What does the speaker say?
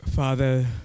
Father